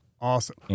Awesome